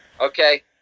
Okay